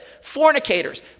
fornicators